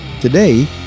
Today